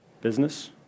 business